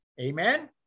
Amen